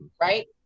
right